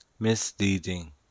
misleading